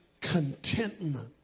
contentment